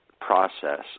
process